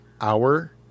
hour